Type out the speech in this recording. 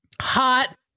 hot